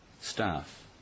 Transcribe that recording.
staff